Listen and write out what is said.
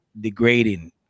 degrading